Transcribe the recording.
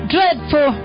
Dreadful